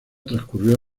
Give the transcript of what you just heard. transcurrió